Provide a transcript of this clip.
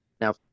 now